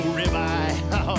ribeye